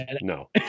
No